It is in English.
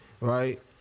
right